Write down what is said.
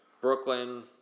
Brooklyn